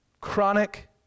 chronic